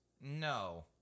No